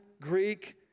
Greek